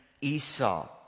Esau